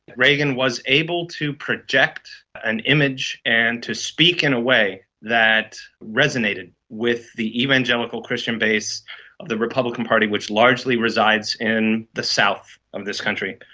reagan was able to project an image and to speak in a way that resonated with the evangelical christian base of the republican party which largely resides in the south of this country.